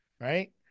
right